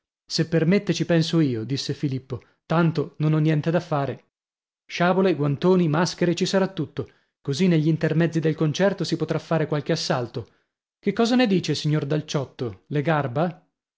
se permette ci penso io disse filippo tanto non ho niente da fare sciabole guantoni maschere ci sarà tutto così negli intermezzi del concerto si potrà fare qualche assalto che cosa ne dice signor dal ciotto le garba